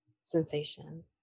sensation